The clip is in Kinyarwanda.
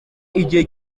igihe